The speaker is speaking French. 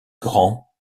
grands